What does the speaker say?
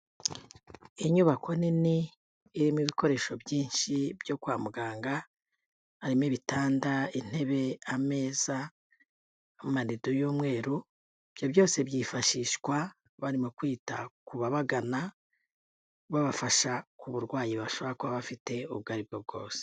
Inyubako nini irimo ibikoresho byinshi byo kwa muganga, harimo ibitanda, intebe, ameza n'amarido y'umweru, ibyo byose byifashishwa bari mu kwita ku babagana, babafasha ku burwayi bashobora kuba bafite ubwo aribwo bwose.